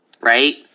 Right